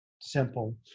simple